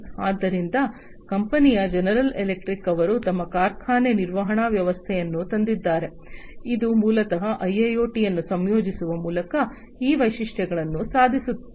ಆದ್ದರಿಂದ ಕಂಪನಿಯ General Electric ಅವರು ತಮ್ಮ ಕಾರ್ಖಾನೆ ನಿರ್ವಹಣಾ ವ್ಯವಸ್ಥೆಯನ್ನು ತಂದಿದ್ದಾರೆ ಇದು ಮೂಲತಃ ಐಐಓಟಿ ಅನ್ನು ಸಂಯೋಜಿಸುವ ಮೂಲಕ ಈ ವೈಶಿಷ್ಟ್ಯಗಳನ್ನು ಸಾಧಿಸುತ್ತದೆ